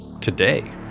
today